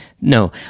no